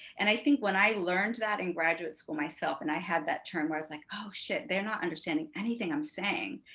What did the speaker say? and i think when i learned that in graduate school myself and i had that term where i was like, oh shit, they're not understanding anything i'm saying,